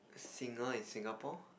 singer in Singapore